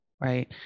Right